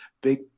Big